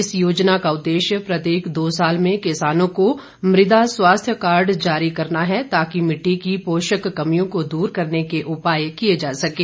इस योजना का उद्देश्य प्रत्येक दो साल में किसानों को मृदा स्वास्थ्य कार्ड जारी करना है ताकि मिट्टी की पोषक कमियों को दूर करने के उपाय किये जा सकें